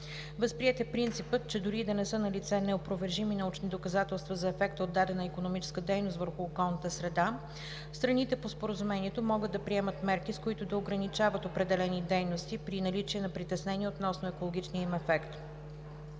Възприет е принципът, че дори и да не са налице неопровержими научни доказателства за ефекта от дадена икономическа дейност върху околната среда, страните по Споразумението могат да приемат мерки, с които да ограничават определени дейности при наличие на притеснение относно екологичния им ефект.